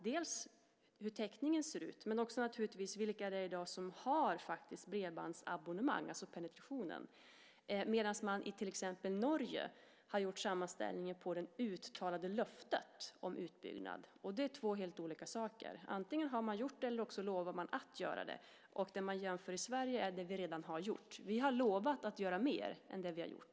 Det handlar om hur täckningen ser ut, men också om vilka det i dag som har bredbandsabonnemang, det vill säga penetrationen. I till exempel Norge har man gjort sammanställningen på det uttalade löftet om utbyggnad. Det är två helt olika saker. Antingen har man gjort det, eller så lovar man att göra det. Det man jämför i Sverige är det vi redan har gjort. Vi har lovat att göra mer än det vi har gjort.